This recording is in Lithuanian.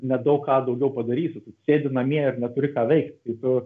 nedaug ką daugiau padarysi tu sėdi namie ir neturi ką veikt tai tu